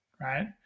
right